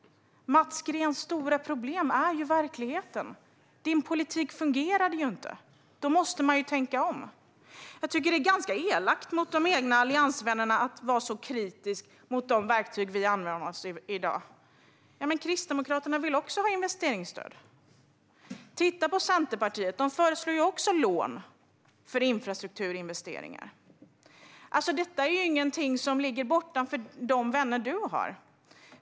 Mats Greens stora problem är verkligheten. Din politik fungerade inte, och då måste man tänka om. Jag tycker att det är ganska elakt mot de egna alliansvännerna att vara så kritisk mot de verktyg vi använder oss av i dag. Kristdemokraterna vill också ha investeringsstöd. Och titta på Centerpartiet! De föreslår också lån för infrastrukturinvesteringar. Detta är inget som ligger bortanför de vänner du har.